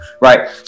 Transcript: Right